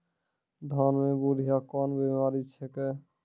धान म है बुढ़िया कोन बिमारी छेकै?